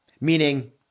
Meaning